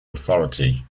authority